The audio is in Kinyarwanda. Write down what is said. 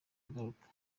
agaruka